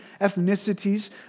ethnicities